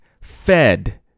fed